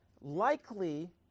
likely